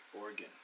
Oregon